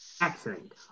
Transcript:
Excellent